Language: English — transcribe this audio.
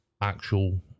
actual